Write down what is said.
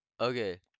Okay